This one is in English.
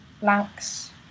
blanks